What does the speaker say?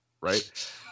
Right